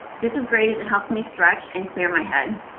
this is great as it helps me stretch and clear my head.